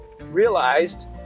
realized